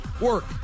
Work